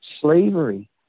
slavery